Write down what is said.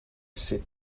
sit